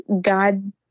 God